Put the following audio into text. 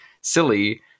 silly